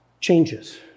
changes